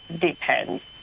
depends